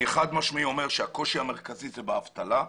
אני חד משמעית אומר שהקושי המרכזי הוא באבטלה.